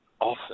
often